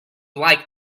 like